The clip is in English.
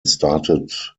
started